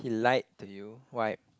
he lied to you why